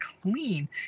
clean